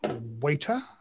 waiter